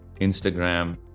Instagram